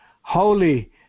holy